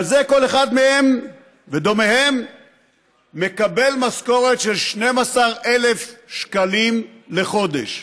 על זה כל אחד מהם ודומיהם מקבל משכורת של 12,000 שקלים לחודש.